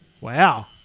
Wow